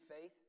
faith